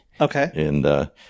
Okay